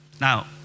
Now